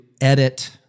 edit